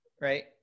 right